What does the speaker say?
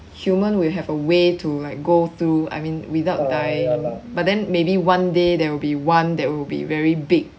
human will have a way to like go to I mean without dying but then maybe one day there will be one that will be very big